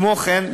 כמו כן,